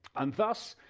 and thus,